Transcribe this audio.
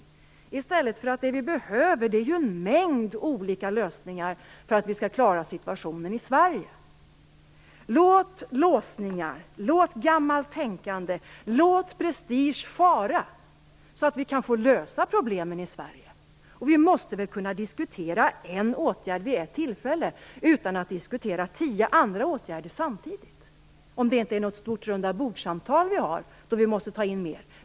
Det vi behöver är ju i stället en mängd olika lösningar för att vi skall klara situationen i Sverige. Låt låsningar, gammalt tänkande och prestige fara, så att vi kan få lösa problemen i Sverige! Vi måste väl kunna diskutera en åtgärd vid ett tillfälle utan att diskutera tio andra åtgärder samtidigt - om det inte är något stort rundabordssamtal vi har, då vi måste ta in mer.